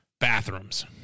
bathrooms